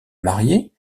mariée